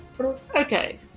okay